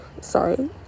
Sorry